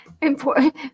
important